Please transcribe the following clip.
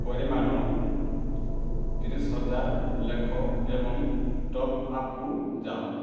ପରିମାଣ ତିରିଶ ହଜାର ଲେଖ ଏବଂ ଟପ୍ଆପ୍କୁ ଯାଅ